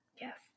Yes